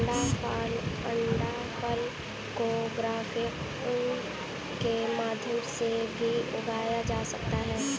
अंडाफल को ग्राफ्टिंग के माध्यम से भी उगाया जा सकता है